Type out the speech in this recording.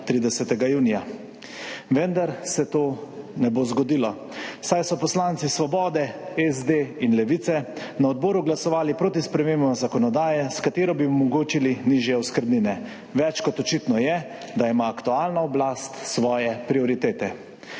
30. junija. Vendar se to ne bo zgodilo, saj so poslanci Svobode, SD in Levice na odboru glasovali proti spremembam zakonodaje, s katero bi omogočili nižje oskrbnine. Več kot očitno je, da ima aktualna oblast svoje prioritete.